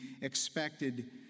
expected